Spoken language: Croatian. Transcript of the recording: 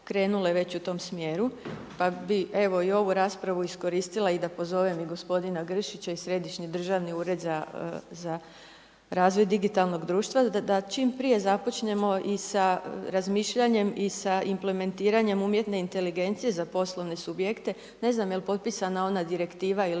već u tom smjeru, pa bi evo i ovu raspravu iskoristila i da pozovem i gospodina Gršića i Središnji državni ured za razvoj digitalnog društva da čim prije započnemo i sa razmišljanjem i sa implementiranjem umjetne inteligencije za poslovne subjekte. Ne znam jel potpisana ona direktiva?